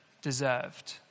deserved